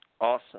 Awesome